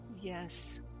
Yes